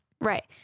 Right